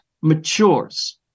matures